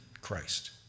Christ